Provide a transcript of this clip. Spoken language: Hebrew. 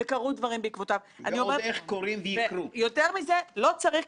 ואני מכבד את כל הוועדות שהיו לפנינו עבודה בסדר גודל כזה,